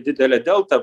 didele delta